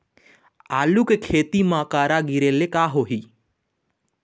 आलू के खेती म करा गिरेले का होही?